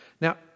Now